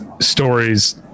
stories